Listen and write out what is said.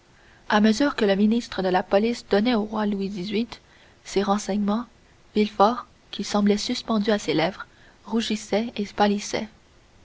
à mesure que le ministre de la police donnait au roi louis xviii ces renseignements villefort qui semblait suspendu à ses lèvres rougissait